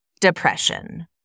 depression